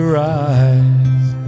rise